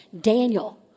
Daniel